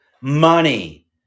money